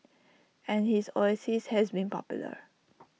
and his oasis has been popular